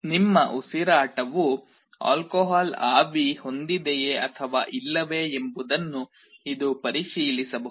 ನಿಮ್ಮ ಉಸಿರಾಟವು ಆಲ್ಕೋಹಾಲ್ ಆವಿ ಹೊಂದಿದೆಯೆ ಅಥವಾ ಇಲ್ಲವೇ ಎಂಬುದನ್ನು ಇದು ಪರಿಶೀಲಿಸಬಹುದು